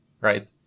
Right